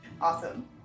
Awesome